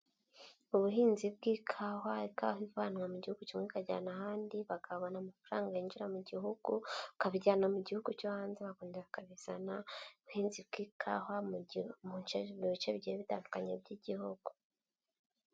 Ubuhinzi bw'ikawa, ikawa ivanwa mu gihugu kimwe ikajyanwa ahandi, bakabona amafaranga yinjira mu gihugu bakabijyana mu gihugu cyo hanze bakonbera bakabizana, ubuhinzi bw'ikawa mu bice bigiye bitandukanye by'igihugu.